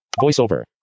VoiceOver